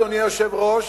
אדוני היושב-ראש,